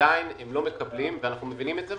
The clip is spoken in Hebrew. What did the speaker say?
עדיין הם לא מקבלים ואנחנו מבינים את זה,